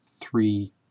three